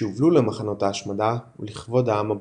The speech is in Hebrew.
שהובלו למחנות ההשמדה ולכבוד העם הבולגרי.